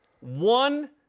one